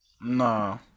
No